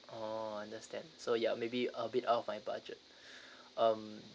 oh understand so ya maybe a bit out of my budget um